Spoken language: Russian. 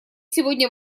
сегодня